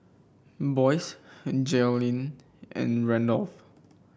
Boyce Jalyn and Randolf